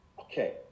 Okay